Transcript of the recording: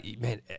Man